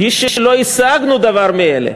"היא שלא השגנו דבר מאלה,